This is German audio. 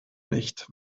nicht